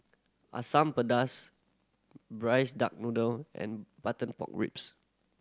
Asam Pedas Braised Duck Noodle and butter pork ribs